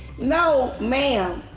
no, ma'am.